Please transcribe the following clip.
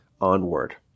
onward